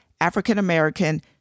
African-American